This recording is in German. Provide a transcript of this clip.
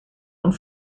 und